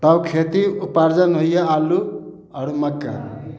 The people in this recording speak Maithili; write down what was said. तब खेती उपार्जन होइया आलू आओर मकइ